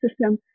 system